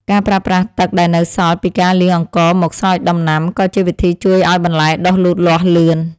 ការប្រើប្រាស់ទឹកដែលនៅសល់ពីការលាងអង្ករមកស្រោចដំណាំក៏ជាវិធីជួយឱ្យបន្លែដុះលូតលាស់លឿន។